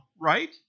Right